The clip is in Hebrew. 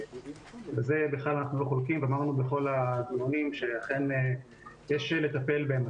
בזה בכלל אנחנו לא חולקים ואמרנו בכל הדיונים שאכן יש לטפל בהם.